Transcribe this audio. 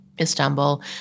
Istanbul